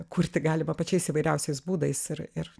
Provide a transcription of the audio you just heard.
kurti galima pačiais įvairiausiais būdais ir ir